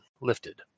lifted